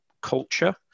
culture